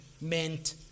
meant